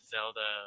Zelda